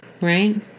right